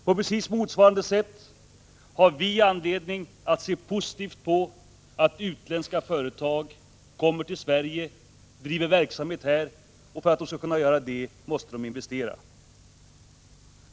På precis motsvarande sätt har vi anledning att se positivt på att utländska företag kommer till Sverige och driver verksamhet här. För att de skall kunna göra det måste de investera.